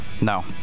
No